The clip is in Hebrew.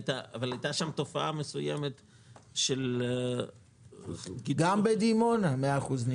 גם בדימונה 100% נמכר.